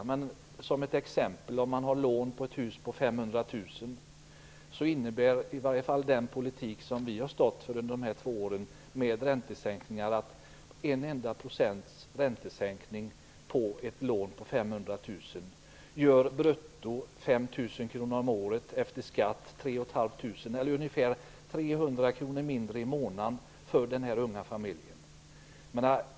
Om man som exempel har ett hus - och det är relativt billigt i dagarna - och har ett lån på det på 500 000 kr gör en enda procents räntesänkning brutto 5 000 kr om året efter skatt, ungefär 300 kr mindre i månaden för den unga familjen.